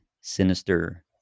sinister